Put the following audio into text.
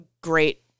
great